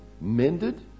mended